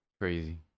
Crazy